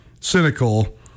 cynical